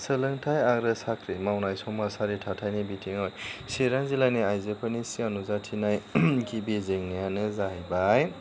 सोलोंथाइ आरो साख्रि मावनाय समाजारि थाथायनि बिथिङाव चिरां जिल्लानि आइजोफोरनि सिगां नुजाथिनाय गिबि जेंनायाब जाहैबाय